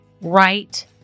right